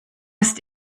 ist